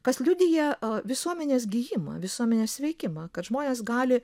kas liudija visuomenės gijimą visuomenės sveikimą kad žmonės gali